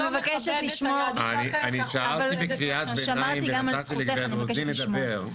אני מבקש לשמור --- שאלתי בקריאת ביניים ונתתי לגברת רוזין לדבר,